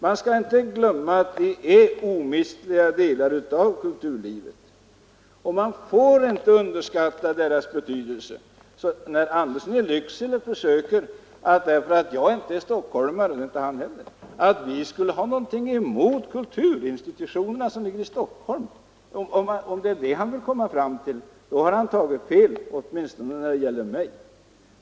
Man får inte glömma att de är omistliga delar av kulturlivet och man får inte underskatta deras betydelse. När herr Andersson i Lycksele försöker få det att framstå som om jag för att jag inte är stockholmare — det är för övrigt inte han heller — skulle ha någonting emot kulturinstitutionerna i Stockholm, om det är vad han vill komma fram till, då har han tagit fel, åtminstone såvitt angår mig.